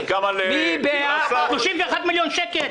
31 מיליון שקל.